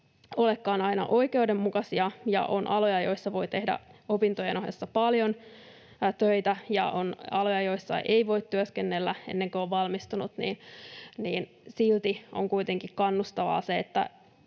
olekaan aina oikeudenmukaisia ja on aloja, joilla voi tehdä opintojen ohessa paljon töitä, ja on aloja, joilla ei voi työskennellä ennen kuin on valmistunut, niin silti on kuitenkin kannustavaa se,